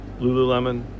Lululemon